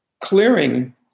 clearing